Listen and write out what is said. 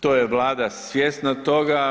To je Vlada svjesna toga.